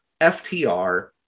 FTR